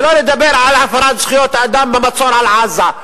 שלא לדבר על הפרת זכויות אדם במצור על עזה,